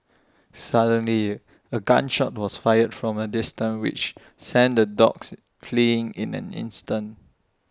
suddenly A gun shot was fired from A distance which sent the dogs fleeing in an instant